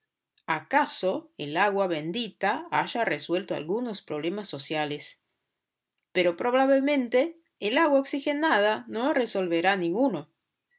acaso el agua bendita haya resuelto algunos problemas sociales pero probablemente el agua oxigenada no resolverá ninguno